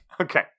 Okay